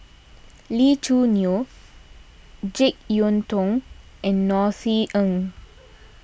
Lee Choo Neo Jek Yeun Thong and Norothy Ng